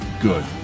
good